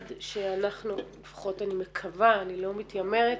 לפחות אני מקווה, אני לא מתיימרת,